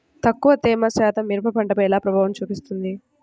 తక్కువ తేమ శాతం మిరప పంటపై ఎలా ప్రభావం చూపిస్తుంది?